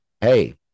Hey